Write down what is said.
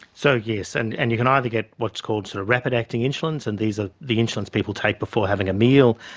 so yes, and and you can either get what's called so rapid acting insulins and these are the insulins people take before having a meal,